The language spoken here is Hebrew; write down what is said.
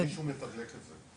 מישהו מתדלק את זה.